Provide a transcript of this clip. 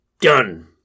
done